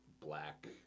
Black